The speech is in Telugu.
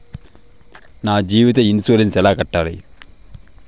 నా జీవిత ఇన్సూరెన్సు ఎలా కట్టాలి?